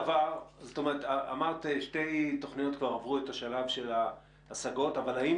אמרת ששתי תוכניות עבר עברו את שלב ההשגות אבל האם